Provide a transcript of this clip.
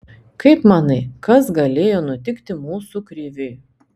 kaip manai kas galėjo nutikti mūsų kriviui